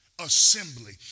assembly